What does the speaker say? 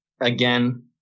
again